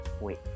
wait